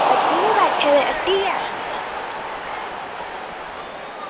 हट्टी गै बैठे दे हट्टी गै